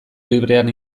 librean